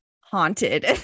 haunted